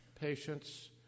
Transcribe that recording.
patients